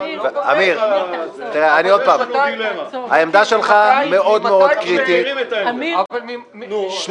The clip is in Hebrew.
אמיר, העמדה שלך מאוד-מאוד קריטית, אני